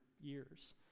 years